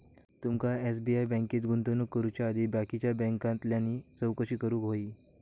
तुमका एस.बी.आय बँकेत गुंतवणूक करुच्या आधी बाकीच्या बॅन्कांतल्यानी पण चौकशी करूक व्हयी